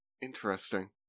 interesting